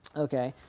ok,